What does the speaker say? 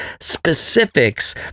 specifics